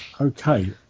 Okay